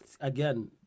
again